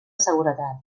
seguretat